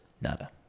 nada